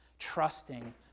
trusting